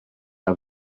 are